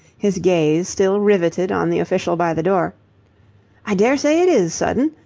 his gaze still riveted on the official by the door i dare say it is sudden.